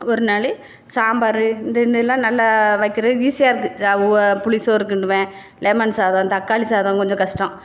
ஒரு நாள் சாம்பார் இந்த இதெலாம் நல்லா வைக்கிறதுக்கு ஈஸியாக இருக்குது புளிசோறு கிண்டுவேன் லெமன் சாதம் தக்காளி சாதம் கொஞ்சம் கஷ்டம்